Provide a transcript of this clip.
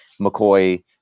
McCoy